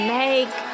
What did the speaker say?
make